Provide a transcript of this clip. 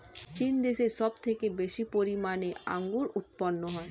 চীন দেশে সব থেকে বেশি পরিমাণে আঙ্গুর উৎপন্ন হয়